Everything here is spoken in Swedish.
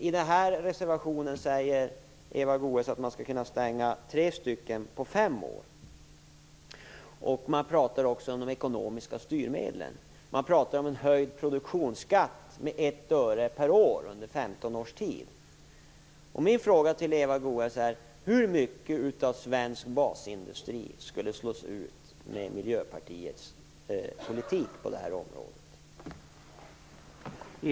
I denna reservation säger Eva Goës att man skulle kunna stänga tre reaktorer under fem år. Man talar också om de ekonomiska styrmedlen. Man talar om en höjning av produktionsskatten med 1 öre per år under 15 års tid. Min fråga till Eva Goës är: Hur mycket av svensk basindustri skulle slås ut med Miljöpartiets politik på detta område?